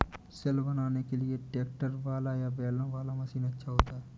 सिल बनाने के लिए ट्रैक्टर वाला या बैलों वाला मशीन अच्छा होता है?